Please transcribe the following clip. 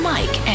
Mike